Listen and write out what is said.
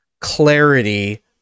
clarity